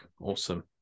Awesome